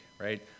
Right